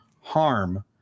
harm